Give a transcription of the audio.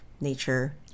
nature